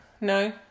no